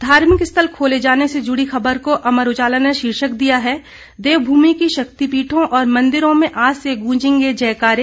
धार्मिक स्थल खोले जाने से जुड़ी खबर को अमर उजाला ने शीर्षक दिया है देवभूमि की शक्तिपीठों और मंदिरों में आज से गूंजेंगे जयकारे